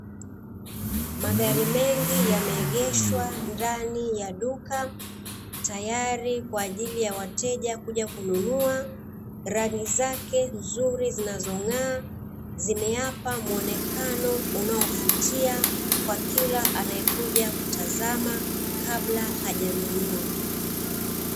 Magari mengi yameegeshwa ndani ya duka, tayari kwa ajili ya wateja kuja kununua, rangi zake nzuri zinazong'aa, zimeyapa muonekano unaovutia, kwa kila anayekuja kutazama kabla hajanunua.